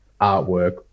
artwork